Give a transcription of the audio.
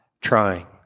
trying